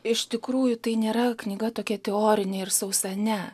iš tikrųjų tai nėra knyga tokia teorinė ir sausa ne